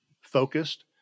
focused